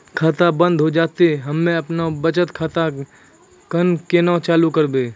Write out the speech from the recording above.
खाता बंद हो जैतै तऽ हम्मे आपनौ बचत खाता कऽ केना चालू करवै?